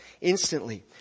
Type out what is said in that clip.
instantly